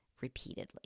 repeatedly